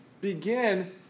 begin